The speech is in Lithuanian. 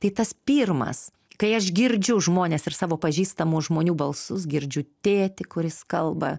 tai tas pirmas kai aš girdžiu žmones ir savo pažįstamų žmonių balsus girdžiu tėtį kuris kalba